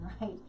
right